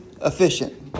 efficient